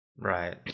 Right